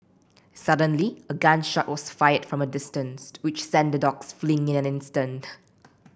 suddenly a gun shot was fired from a distance which sent the dogs fleeing in an instant